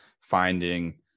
finding